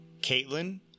Caitlin